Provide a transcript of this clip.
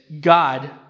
God